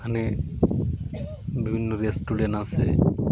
মানে বিভিন্ন রেস্টুরেন্ট আসে